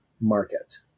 market